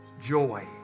joy